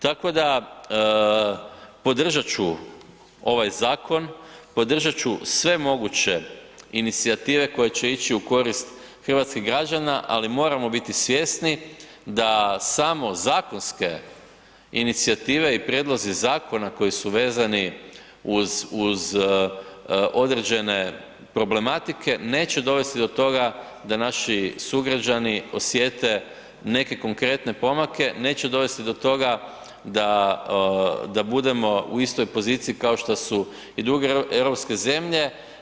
Tako da podržat ću ovaj zakon, podržat ću sve moguće inicijative koje će ići u korist hrvatskih građana, ali moramo biti svjesni da samo zakonske inicijative i prijedlozi zakona koji su vezani uz određene problematike neće dovesti do toga da naši sugrađani osjete neke konkretne pomake, neće dovesti do toga da budemo u istoj poziciji kao što su i druge europske zemlje.